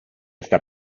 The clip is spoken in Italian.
sta